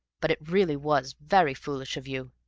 but it really was very foolish of you.